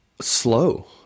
slow